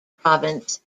province